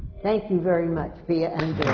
thank you very much, pia and